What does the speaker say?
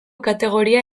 kategoria